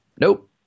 Nope